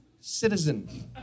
citizen